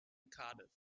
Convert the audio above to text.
cardiff